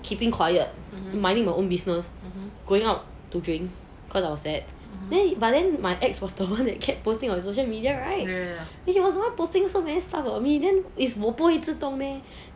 keeping quiet minding my own business going out to drink because I was sad then but then my ex was the one that kept posting on social media right then he was one posting so many stuff about me then 我不会自动 meh